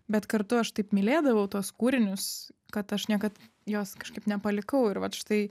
bet kartu aš taip mylėdavau tuos kūrinius kad aš niekad jos kažkaip nepalikau ir vat štai